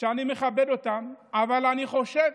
שאני מכבד אותם, אבל אני חושב